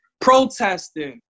protesting